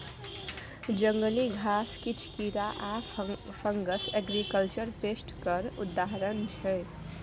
जंगली घास, किछ कीरा आ फंगस एग्रीकल्चर पेस्ट केर उदाहरण छै